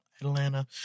Atlanta